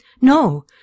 No